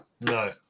No